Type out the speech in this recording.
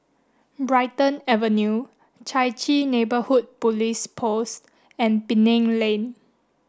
Brighton Avenue Chai Chee Neighbourhood Police Post and Penang Lane